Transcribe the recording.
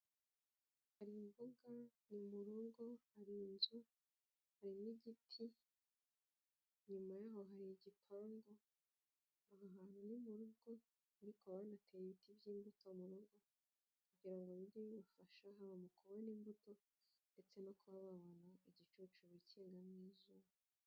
Hari imboga mu rugo, hari inzu hari n igiti, inyuma yaho hari igipangu, ahan ni mu rugo ariko banahateye ibiti by'imbuto murugo kugirang bifashe haba mu kubona imbuto ndetse no kubona igicucu.